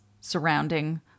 surrounding